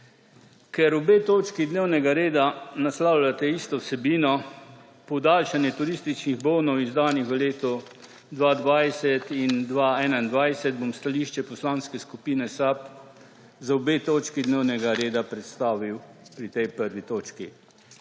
Ker obe točki dnevnega reda naslavljata isto vsebino − podaljšanje turističnih bonov, izdanih v letih 2020 in 2021, bom stališče Poslanske skupine SAB za obe točki dnevnega reda predstavil pri tej prvi točki.